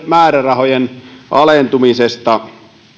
määrärahojen alentumisesta